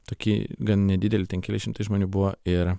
tokį gan nedidelį ten keli šimtai žmonių buvo ir